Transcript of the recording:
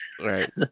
right